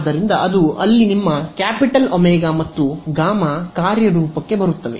ಆದ್ದರಿಂದ ಅದು ಅಲ್ಲಿ ನಿಮ್ಮ ಕ್ಯಾಪಿಟಲ್ ಒಮೆಗಾ ಮತ್ತು ಗಾಮಾ ಕಾರ್ಯರೂಪಕ್ಕೆ ಬರುತ್ತವೆ